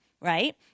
right